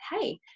hey